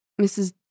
Mrs